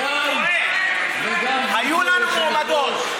אתה טועה, היו לנו מועמדות.